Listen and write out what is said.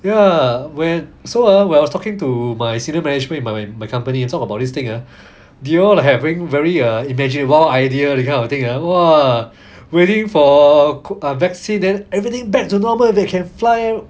ya we're so ah where I was talking to my senior management in my company ah talk about this thing ah you all having very uh imagine wild idea that kind of thing ah !wah! waiting for a vaccine then everything back to normal they can fly